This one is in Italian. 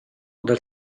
dal